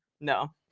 no